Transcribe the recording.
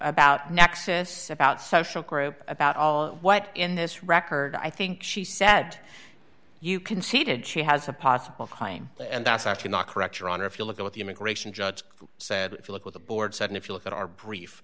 nexis about social group about all what in this record i think she said you can see did she has a possible crime and that's actually not correct your honor if you look at what the immigration judge said if you look at the board seven if you look at our brief